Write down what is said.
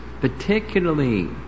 particularly